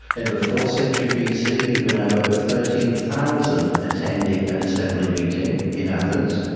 in the fourth century bc you can have over thirteen thousand attending an assembly meeting in athens.